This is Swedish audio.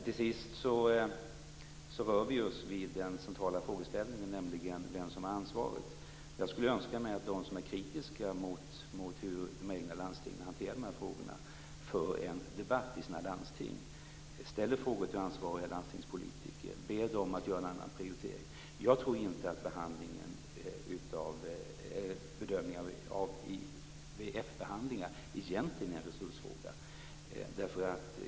Till sist rör vi vid den centrala frågeställningen, nämligen vem som har ansvaret. Jag skulle önska mig att de som är kritiska till hur de egna landstingen hanterar de här frågorna för en debatt i sina landsting, ställer frågor till ansvariga landstingspolitiker och ber dem att göra en annan prioritering. Jag tror inte att bedömning av IVF-behandlingar egentligen är en resursfråga.